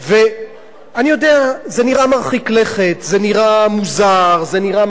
ואני יודע, זה נראה מרחיק לכת.